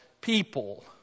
people